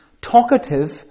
talkative